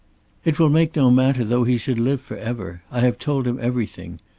it will make no matter though he should live for ever. i have told him everything.